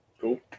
Cool